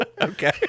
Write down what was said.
Okay